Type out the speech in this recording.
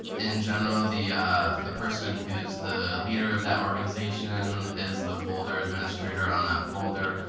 in general, the the person who is the leader of that organization is the folder administrator on that folder.